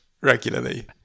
regularly